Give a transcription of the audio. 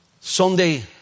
Sunday